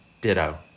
Ditto